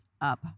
up